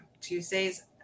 Tuesdays